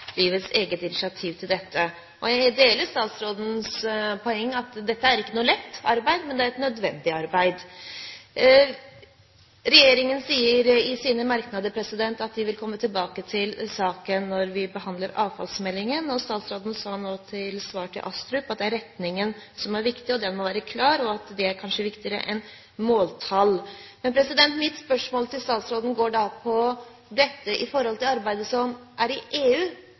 eget initiativ her. Jeg deler statsrådens poeng, at dette ikke er noe lett arbeid, men et nødvendig arbeid. Statsråden sier i sitt brev til komiteen at regjeringen vil komme tilbake til saken når de behandler avfallsmeldingen, og han sa i sitt svar til Astrup nå at det er retningen som er viktig, at den må være klar, og at det kanskje er viktigere enn måltall. Mitt spørsmål til statsråden går på dette i forhold til det arbeidet som er i EU,